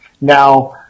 Now